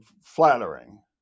flattering